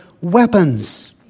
weapons